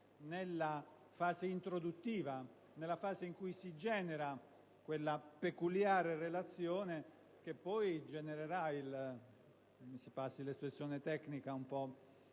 nella fase introduttiva, in cui si genera quella peculiare relazione che poi genererà - mi si passi l'espressione tecnica, un po'